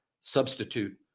substitute